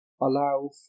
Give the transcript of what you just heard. allow